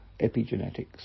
epigenetics